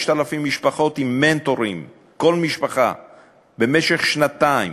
5,000 משפחות עם מנטורים, כל משפחה במשך שנתיים,